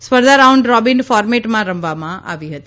સ્પર્ધા round robin ફોર્મેટમાં રમવામાં આવી હતી